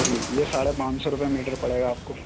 جی یہ ساڑھے پانچ سو روپیے میٹر پڑے گا آپ کو